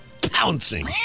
pouncing